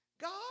God